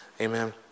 Amen